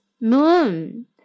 moon